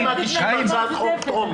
הם מגישים הצעת חוק טרומית,